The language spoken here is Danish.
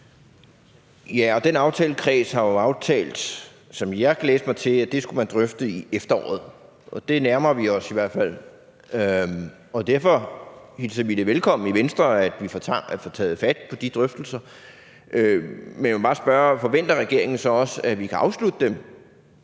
Ja, og den aftalekreds har jo aftalt, som jeg kan læse mig til, at det skulle man drøfte i efteråret, og det nærmer vi os i hvert fald slutningen på. Derfor hilser vi det i Venstre velkommen, at vi får taget fat på de drøftelser. Men jeg må bare spørge: Forventer regeringen så også, at vi kan afslutte dem